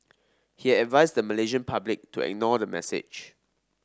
he has advised the Malaysian public to ignore the message